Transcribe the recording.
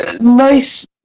nice